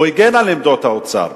הוא הגן על עמדות האוצר.